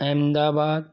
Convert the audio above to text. Ahmedabad